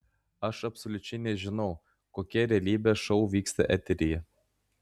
aš absoliučiai nežinau kokie realybės šou vyksta eteryje